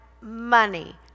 money